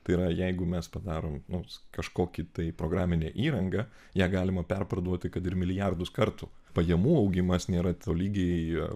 tai yra jeigu mes padarom nors kažkokį tai programinę įrangą ją galima perparduoti kad ir milijardus kartų pajamų augimas nėra tolygiai